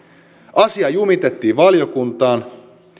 asia jumitettiin valiokuntaan